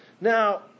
Now